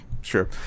Sure